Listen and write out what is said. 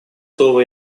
слово